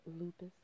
lupus